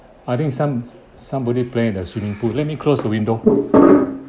I think some somebody playing in the swimming pool let me close the window